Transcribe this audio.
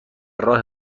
راه